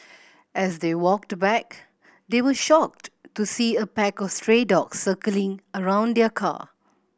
as they walked back they were shocked to see a pack of stray dogs circling around their car